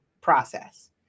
process